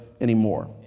anymore